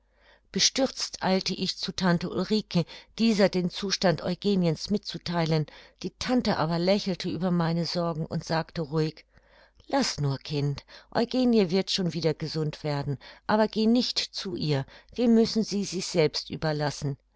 bestürzt eilte ich zu tante ulrike dieser den zustand eugeniens mitzutheilen die tante aber lächelte über meine sorgen und sagte ruhig laß nur kind eugenie wird schon wieder gesund werden aber geh nicht zu ihr wir müssen sie sich selbst überlassen